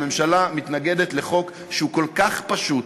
הממשלה מתנגדת לחוק שהוא כל כך פשוט,